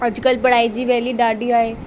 अॼुकल्ह पढ़ाई जी वेल्यू ॾाढी आहे